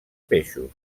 peixos